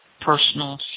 personal